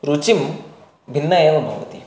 रुचिः भिन्ना एव भवति